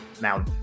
now